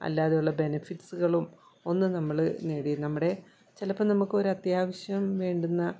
അല്ലാതെയുള്ള ബെനഫിറ്റ്സുകളും ഒന്നും നമ്മൾ പിന്നെ നമ്മുടെ ചിലപ്പോൾ നമുക്ക് ഒരത്യാവശ്യം വേണ്ടുന്ന